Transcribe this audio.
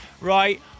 right